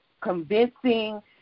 convincing